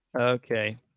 Okay